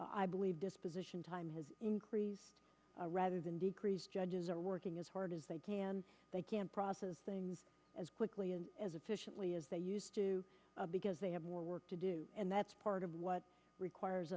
i believe this position time has increased rather than decrease judges are working as hard as they can they can't process things as quickly and as efficiently as they used to because they have more work to do and that's part of what requires